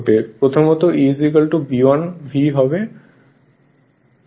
প্রথমত voltage E B l V হয়